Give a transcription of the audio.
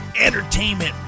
entertainment